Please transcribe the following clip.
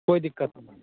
कोइ दिक्कत नहि